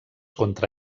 contra